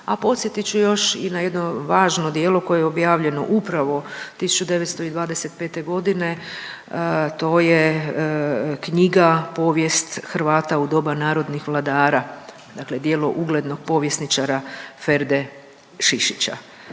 a podsjetit ću još i na jedno važno djelo koje je objavljeno upravo 1925.g., to je knjiga „Povijest Hrvata u doba narodnih vladara“, dakle djelo uglednog povjesničara Ferde Šišića.